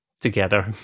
together